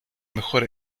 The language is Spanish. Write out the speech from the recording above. mejor